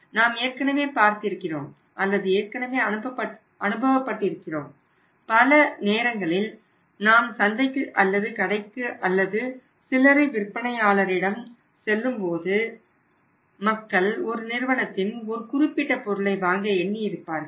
நாம் ஏற்கனவே பார்த்து இருக்கிறோம் அல்லது ஏற்கனவே அனுபவப்பட்டு இருக்கிறோம் பல நேரங்களில் நாம் சந்தைக்கு அல்லது கடைக்கு அல்லது சில்லறை விற்பனையாளரிடம் செல்லும்போது மக்கள் ஒரு நிறுவனத்தின் ஒரு குறிப்பிட்ட பொருளை வாங்க எண்ணி இருப்பார்கள்